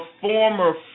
former